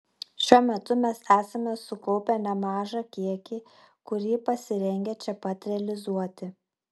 šiuo metu mes esame sukaupę nemažą kiekį kurį pasirengę čia pat realizuoti